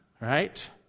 Right